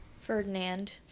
Ferdinand